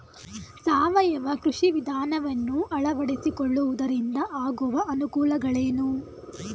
ಸಾವಯವ ಕೃಷಿ ವಿಧಾನವನ್ನು ಅಳವಡಿಸಿಕೊಳ್ಳುವುದರಿಂದ ಆಗುವ ಅನುಕೂಲಗಳೇನು?